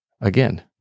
again